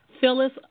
Phyllis